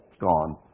gone